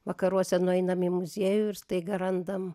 vakaruose nueinam į muziejų ir staiga randam